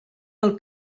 del